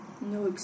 No